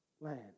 land